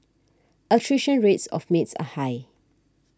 attrition rates of maids are high